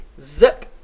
Zip